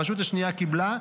הרשות השנייה קיבלה.